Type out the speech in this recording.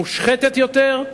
מושחתת יותר,